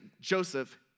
Joseph